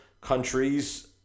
countries